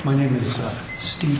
my name is steve